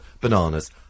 bananas